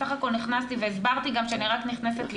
ובסך הכול נכנסתי והסברתי גם שאני רק נכנסת לראות,